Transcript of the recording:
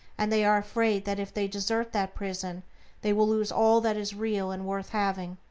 and they are afraid that if they desert that prison they will lose all that is real and worth having.